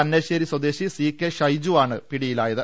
അന്ന ശ്ശേരി സ്വദേശി സി ക്കെ ഷൈജു ആണ് പിടിയിലായത്